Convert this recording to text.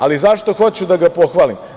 Ali, zašto hoću da ga pohvalim?